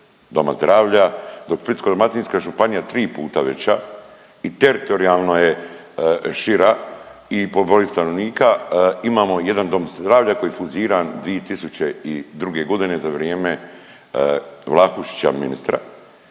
doma zdravlja, dok je Splitsko-dalmatinska županija 3 puta veća i teritorijalno je šira i po broju stanovnika imamo jedan dom zdravlja koji je fuziran 2002. godine za vrijeme Vlahušića ministra.